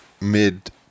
mid